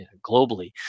globally